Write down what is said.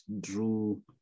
drew